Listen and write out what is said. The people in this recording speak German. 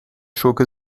schurke